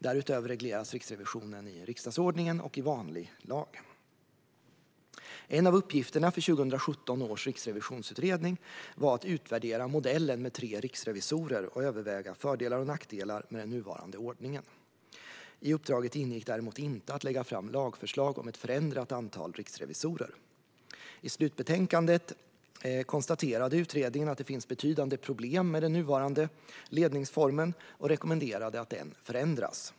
Därutöver regleras Riksrevisionen i riksdagsordningen och i vanlig lag. En av uppgifterna för 2017 års riksrevisionsutredning var att utvärdera modellen med tre riksrevisorer och överväga fördelar och nackdelar med den nuvarande ordningen. I uppdraget ingick däremot inte att lägga fram lagförslag om ett förändrat antal riksrevisorer. I slutbetänkandet konstaterade utredningen att det finns betydande problem med den nuvarande ledningsformen och rekommenderade att den förändras.